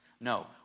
No